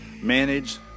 manage